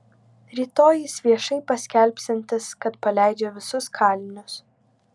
rytoj jis viešai paskelbsiantis kad paleidžia visus kalinius